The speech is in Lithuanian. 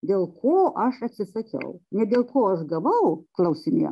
dėl ko aš atsisakiau ne dėl ko aš gavau klausinėjo